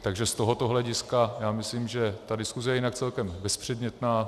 Takže z tohoto hlediska myslím, že je ta diskuze jinak celkem bezpředmětná.